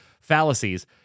fallacies